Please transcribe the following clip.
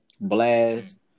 Blast